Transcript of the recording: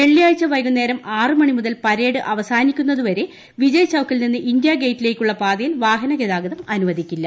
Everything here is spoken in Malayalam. വെള്ളിയാഴ്ച വൈകുന്നേരം ആറ് മണിമുതൽ പരേഡ് അവസാനിക്കുന്നതു വരെ വിജയ് ചൌക്കിൽ നിന്ന് ഇന്ത്യാഗേറ്റിലേക്കുള്ള പാതയിൽ വാഹന ഗതാഗതം അനുവദിക്കില്ല